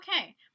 okay